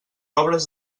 obres